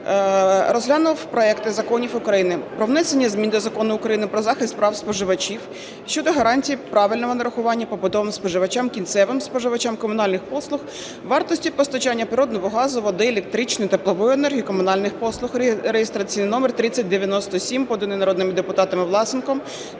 розглянув проекти законів України. Про внесення змін до Закону України "Про захист прав споживачів" (щодо гарантій правильного нарахування побутовим споживачам, кінцевим споживачам комунальних послуг вартості постачання природного газу, води, електричної, теплової енергії, комунальних послуг) (реєстраційний номер 3097), поданий народними депутатами Власенком